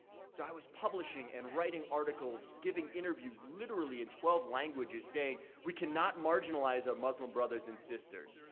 so i was publishing and writing articles, giving interviews, literally in twelve languages saying, we cannot marginalize our muslim brothers and sisters.